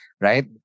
right